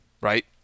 right